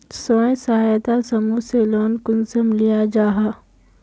स्वयं सहायता समूह से लोन कुंसम लिया जाहा?